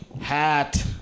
hat